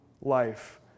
life